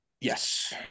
yes